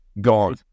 Gone